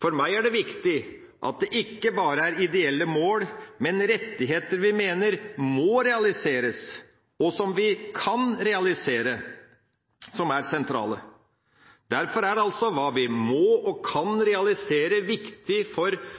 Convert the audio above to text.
For meg er det viktig at det ikke bare er ideelle mål, men rettigheter vi mener må realiseres, og som vi kan realisere, som er sentrale. Derfor er altså hva vi må og kan